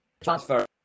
Transfer